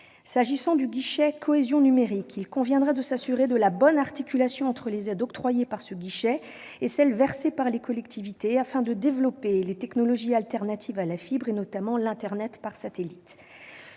qui est du guichet de cohésion numérique, il conviendra de s'assurer de la bonne articulation entre les aides octroyées par ce guichet et celles versées par les collectivités territoriales afin de développer les technologies alternatives à la fibre, notamment l'Internet par satellite.